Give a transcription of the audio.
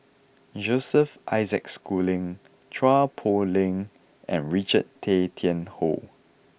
Joseph Isaac Schooling Chua Poh Leng and Richard Tay Tian Hoe